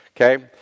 okay